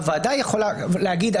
הוועדה יכולה להגיד: